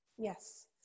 Yes